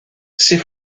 ces